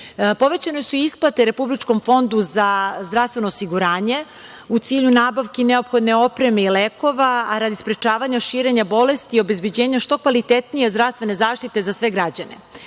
Povećane su isplate Republičkom fondu za zdravstveno osiguranje u cilju nabavki neophodne opreme i lekova, a radi sprečavanja širenja bolesti i obezbeđenja što kvalitetnije zdravstvene zaštite za sve građane.